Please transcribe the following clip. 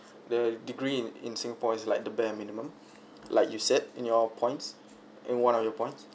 the degree in in singapore is like the bare minimum like you said in your points in one of your points